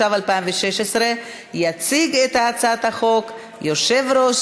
התשע"ו 2016. יציג את הצעת החוק יושב-ראש